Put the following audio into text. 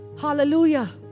hallelujah